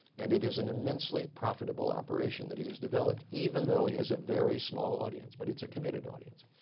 and it is an immensely profitable operation that he has developed. even though he has a very small audience. but it's a committed audience.